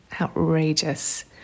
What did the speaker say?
Outrageous